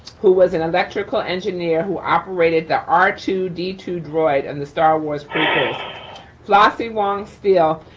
who was an electrical engineer who operated the r two d two droid and the star wars. flossie wong staal,